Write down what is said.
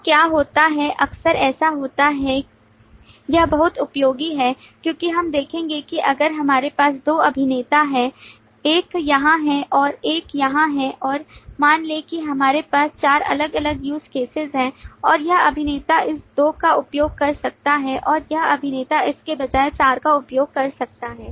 तो क्या होता है अक्सर ऐसा होता है यह बहुत उपयोगी है क्योंकि हम देखेंगे कि अगर हमारे पास दो अभिनेता हैं एक यहाँ है और एक यहाँ है और मान लें कि हमारे पास चार अलग अलग use cases हैं और यह अभिनेता इस दो का उपयोग कर सकता है और यह अभिनेता इसके बजाय चार का उपयोग कर सकता है